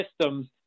systems